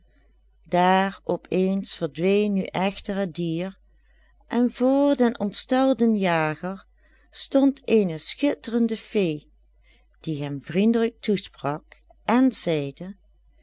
daar op eens verdween nu echter het dier en voor den ontstelden jager stond eene schitterende fee die hem vriendelijk toesprak en zeide